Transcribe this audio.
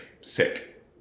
sick